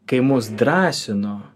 kai mus drąsino